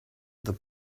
the